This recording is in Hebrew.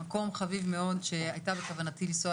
מקום חביב מאוד שהייתה בכוונתי לנסוע